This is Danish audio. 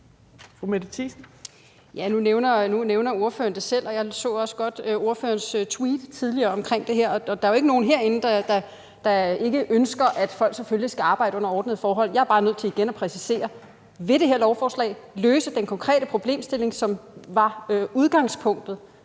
Nu nævner ordføreren det selv, og jeg så også godt ordførerens tweet tidligere omkring det her. Og der er jo ikke nogen herinde, der ikke ønsker, at folk selvfølgelig skal arbejde under ordnede forhold. Jeg er bare nødt til igen at præcisere: Vil det her lovforslag løse den konkrete problemstilling, som var udgangspunktet,